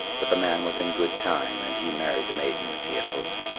but the man was in good time, and he married the maiden as he had hoped.